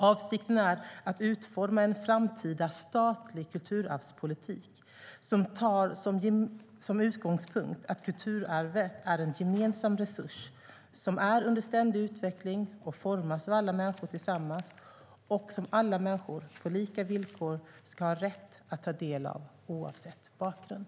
Avsikten är att utforma en framtida statlig kulturarvspolitik som tar som utgångspunkt att kulturarvet är en gemensam resurs, som är under ständig utveckling och formas av alla människor tillsammans, och som alla människor på lika villkor ska ha rätt att ta del av oavsett bakgrund.